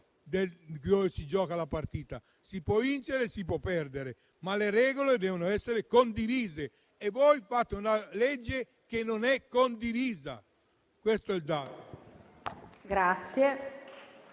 dove si gioca; si può vincere e si può perdere, ma le regole devono essere condivise e voi fate una legge che non è condivisa, questo è il dato.